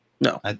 No